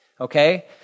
Okay